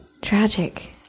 tragic